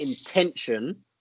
intention